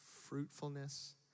fruitfulness